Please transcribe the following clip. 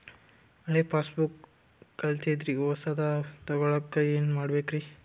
ಹಳೆ ಪಾಸ್ಬುಕ್ ಕಲ್ದೈತ್ರಿ ಹೊಸದ ತಗೊಳಕ್ ಏನ್ ಮಾಡ್ಬೇಕರಿ?